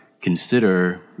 consider